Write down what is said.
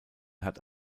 hat